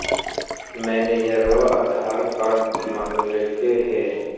मैनेजरवा आधार कार्ड मगलके हे?